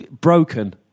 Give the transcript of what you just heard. broken